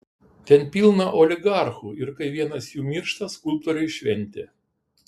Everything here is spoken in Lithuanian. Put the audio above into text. ten pilna oligarchų ir kai vienas jų miršta skulptoriui šventė